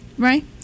right